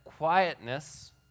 Quietness